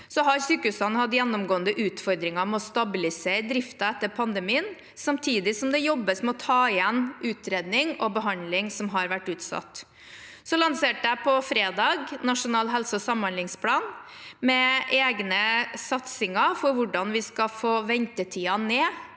Sykehusene har gjennomgående hatt utfordringer med å stabilisere driften etter pandemien, samtidig som det jobbes med å ta igjen utredning og behandling som har vært utsatt. På fredag lanserte jeg Nasjonal helse- og samhandlingsplan, med egne satsinger for hvordan vi skal få ventetiden ned